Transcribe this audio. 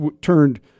turned